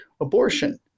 abortion